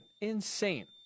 insane